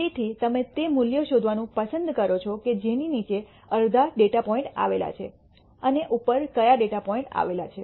તેથી તમે તે મૂલ્ય શોધવાનું પસંદ કરો છો કે જેની નીચે અડધા ડેટા પોઇન્ટ આવેલા છે અને ઉપર કયા ડેટા પોઇન્ટ આવેલા છે